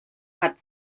hat